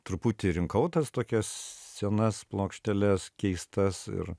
truputį rinkau tas tokias senas plokšteles keistas ir